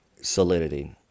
solidity